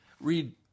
Read